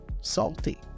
salty